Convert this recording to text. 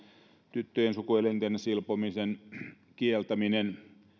tyttöjen sukuelinten silpomisen kieltäminen